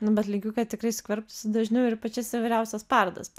nu bet linkiu kad tikrai skverbtųsi dažniau ir į pačias įvairiausias parodas